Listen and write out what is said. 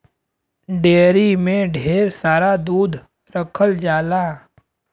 dairy में ढेर सारा दूध रखल होला